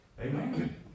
Amen